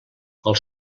els